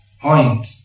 point